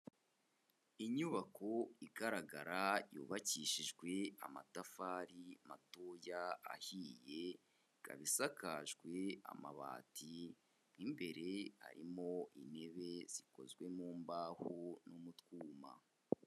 Inyubako igaragara yubakishijwe amatafari matoya ahiye, ikaba isakajwe amabati, mu imbere harimo intebe zikozwe mu mbaho no mu twuma.